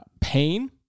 pain